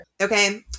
Okay